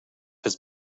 his